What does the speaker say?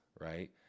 right